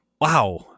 wow